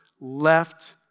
left